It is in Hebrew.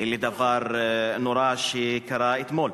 לדבר נורא שקרה אתמול.